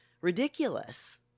ridiculous